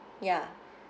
ya